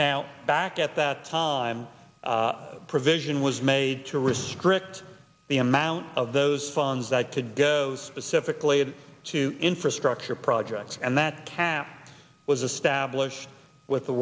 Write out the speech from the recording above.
now back at that time provision was made to restrict the amount of those funds that to go specifically to infrastructure projects and that cap was a stablished with the